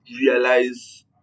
realize